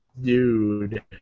Dude